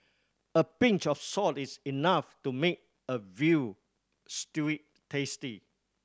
a pinch of salt is enough to make a veal stew tasty